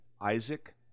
Isaac